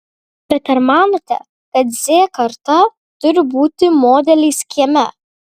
bet ar manote kad z karta turi būti modeliais kieme